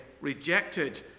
rejected